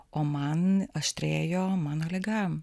o man aštrėjo mano liga